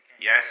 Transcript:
Yes